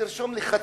תרשום לי חצי,